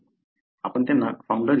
आपण त्यांना founder effect म्हणतो